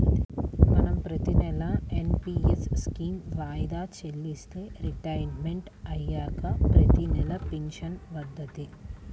మనం ప్రతినెలా NPS scheme వాయిదా చెల్లిస్తే రిటైర్మంట్ అయ్యాక ప్రతినెలా పింఛను వత్తది